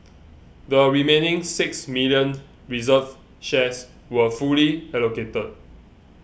the remaining six million reserved shares were fully allocated